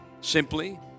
Simply